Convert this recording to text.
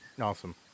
Awesome